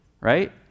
right